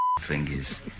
fingers